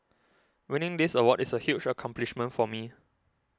winning this award is a huge accomplishment for me